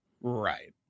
Right